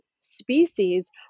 species